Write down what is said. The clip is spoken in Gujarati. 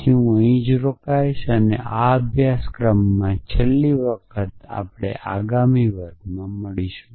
તેથી હું અહીં જ રોકાઈશ અને આ અભ્યાસક્રમમાં છેલ્લી વખત આગામી વર્ગમાં મળીશ